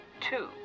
two